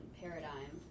paradigm